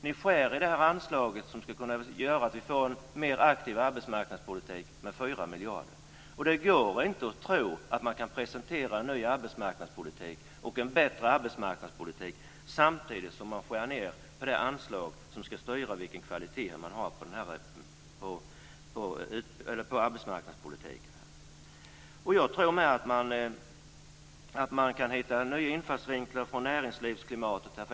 Ni skär i det anslag som skulle kunna göra att vi får en mer aktiv arbetsmarknadspolitik med 4 miljarder. Det går inte att tro att man kan presentera en ny och bättre arbetsmarknadspolitik samtidigt som man skär ned på det anslag som ska styra vilken kvalitet man har på arbetsmarknadspolitiken. Jag tror nog att man kan hitta nya infallsvinklar från näringslivsklimatet.